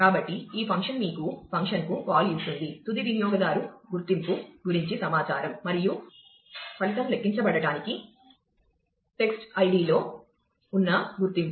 కాబట్టి ఈ ఫంక్షన్ మీకు ఫంక్షన్కు కాల్ ఇస్తుంది తుది వినియోగదారు గుర్తింపు గురించి సమాచారం మరియు ఫలితం లెక్కించబడటానికి టెక్స్ట్ ఐడిలో ఉన్న గుర్తింపు